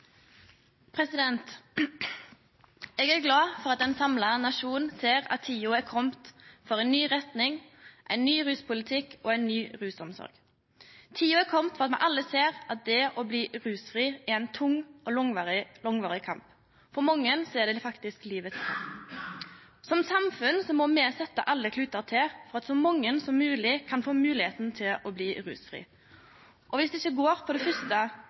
Eg er glad for at ein samla nasjon ser at tida er komen for ei ny retning, ein ny ruspolitikk og ein ny rusomsorg. Tida er komen for at me alle ser at det å bli rusfri, er ein tung og langvarig kamp. For mange er det faktisk livets kamp. Som samfunn må me setje alle klutar til for at så mange som mogleg kan få moglegheita til å bli rusfrie. Viss det ikkje går på det fyrste